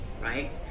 right